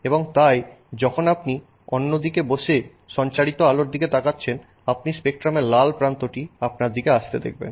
এবং তাই যখন আপনি অন্য দিকে বসে সঞ্চারিত আলোর দিকে তাকাচ্ছেন আপনি স্পেকট্রামের লাল প্রান্তটি আপনার দিকে আসতে দেখবেন